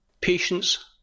Patience